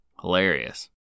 Hilarious